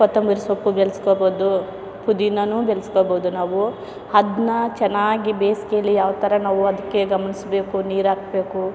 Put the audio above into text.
ಕೊತ್ತಂಬರಿ ಸೊಪ್ಪು ಬೆಳೆಸ್ಕೋಬೋದು ಪುದೀನವೂ ಬೆಳೆಸ್ಕೋಬೋದು ನಾವು ಅದನ್ನ ಚೆನ್ನಾಗಿ ಬೇಸಿಗೇಲಿ ಯಾವ ಥರ ನಾವು ಅದಕ್ಕೆ ಗಮನಿಸ್ಬೇಕು ನೀರಾಕಬೇಕು